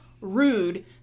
rude